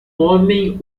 homem